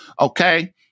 okay